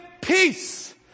peace